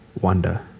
wonder